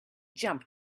jump